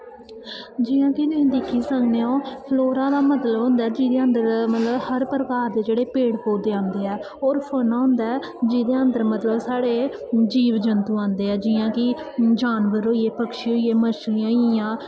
जियां तुस दिक्खी सकने ओ फ्लोरा दा मतलब होंदा जेह्दे अन्दर मतलब हर प्रकार दे पेड़ पौधे आंदे ऐ होर फाना होंदा ऐ जेह्दे अन्दर साढ़े मतलब जीव जैंतू आंदे ऐ जियां कि जानवर होई गे पक्षी होई गे मच्छलियां होई गेइयां